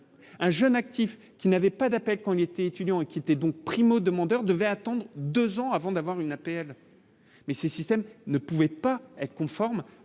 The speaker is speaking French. un jeune actif qui n'avait pas d'appel quand il était étudiant à quitté donc, primo demandeurs devaient attendre 2 ans avant d'avoir une APL mais ces systèmes ne pouvait pas être conforme